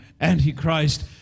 Antichrist